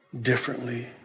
differently